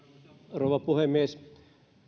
rouva puhemies